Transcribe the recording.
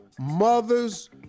mothers